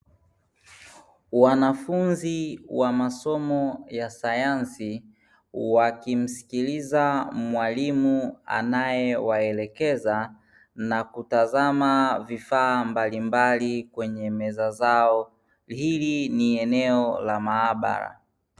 Wanafunzi wa masomo ya sayansi wakimsikiliza mwalimu anayewaelekeza na kutazama vifaa mbalimbali kwenye meza zao, hili ni eneo la maabara.